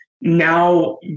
now